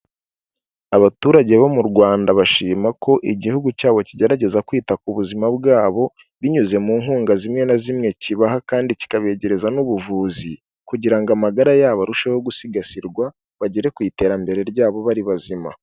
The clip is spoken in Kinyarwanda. Abaturage bo mu Rwanda bashima ko igihugu cyabo kigerageza kwita ku buzima bwabo binyuze mu nkunga zimwe na zimwe kibaha kandi kikabegereza n'ubuvuzi kugira amagara yabo arusheho gusigasirwa bagere ku iterambere ryabo bari bazima.